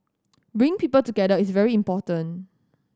bring people together is very important